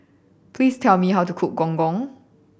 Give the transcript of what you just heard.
please tell me how to cook Gong Gong